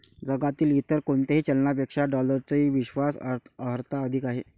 जगातील इतर कोणत्याही चलनापेक्षा डॉलरची विश्वास अर्हता अधिक आहे